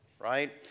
right